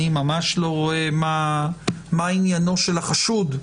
אני ממש לא רואה מה עניינו של החשוד,